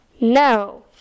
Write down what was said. No